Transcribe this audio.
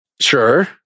Sure